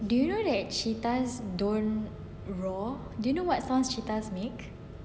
do you know that cheetahs don't roar do you know what sound cheetahs make